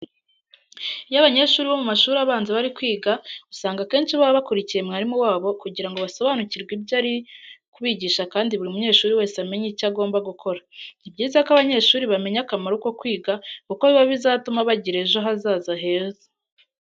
Iyo abanyeshuri bo mu mashuri abanza bari kwiga usanga akenshi baba bakurikiye mwarimu wabo kugira ngo basobanukirwe ibyo ari kubigisha kandi buri munyeshuri wese amenye icyo agomba gukora. Ni byiza ko abanyeshuri bamenya akamaro ko kwiga kuko biba bizatuma bagira ejo hazaza heza.